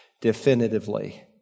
definitively